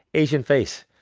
asian face.